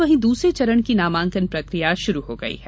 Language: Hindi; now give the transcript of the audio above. वहीं दूसरे चरण की नामांकन प्रकिया शुरू हो गयी है